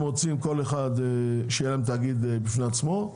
רוצים כל אחד שיהיה להם תאגיד בפני עצמו,